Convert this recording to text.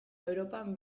europan